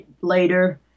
later